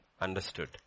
understood